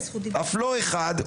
אף לא אחד,